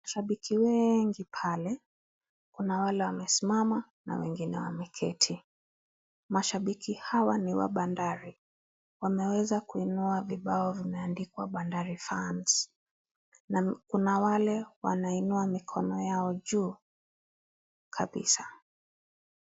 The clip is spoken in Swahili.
Shabiki wengi pale, kuna wale wamesimama na wengine wameketi, mashabiki hawa ni wa Bandari, wameweza kuinua vibao vimeandikwa Bandari fans, na kuna wale wameinua mikono yao juu kabisa.